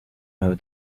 owe